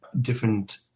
different